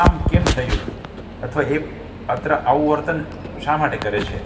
આમ કેમ થયું અથવા એ પાત્ર આવું વર્તન શા માટે કરે છે